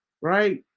right